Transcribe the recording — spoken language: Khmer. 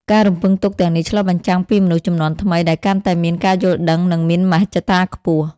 ការរំពឹងទុកទាំងនេះឆ្លុះបញ្ចាំងពីមនុស្សជំនាន់ថ្មីដែលកាន់តែមានការយល់ដឹង និងមានមហិច្ឆតាខ្ពស់។